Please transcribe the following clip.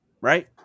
Right